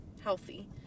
healthy